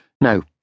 No